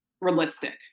realistic